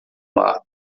lado